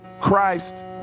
Christ